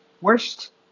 worst